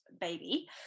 baby